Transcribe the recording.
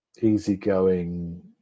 easygoing